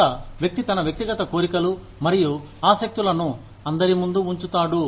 ఒక వ్యక్తి తన వ్యక్తిగత కోరికలు మరియు ఆసక్తులను అందరి ముందు ఉంచుతాడు